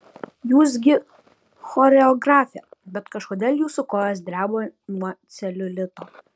jūs gi choreografė bet kažkodėl jūsų kojos dreba nuo celiulito